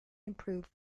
improve